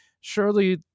surely